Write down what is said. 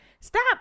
Stop